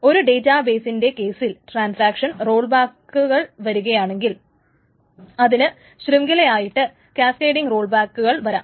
ഒരു ഡേറ്റാ ബെയിസിന്റെ കെയിസിൽ ട്രാൻസാക്ഷൻ റോൾ ബാക്കുകൾ വരുകയാണെങ്കിൽ അതിന് ഒരു ശൃംഗലയായിട്ട് കാസ്കെഡിങ് റോൾ ബാക്കുകൾ വരാം